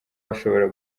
bashobora